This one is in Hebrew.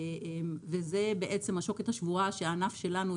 זה בעצם השוקת השבורה שהענף שלנו,